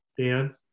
Dan